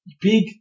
big